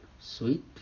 sweet